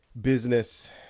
business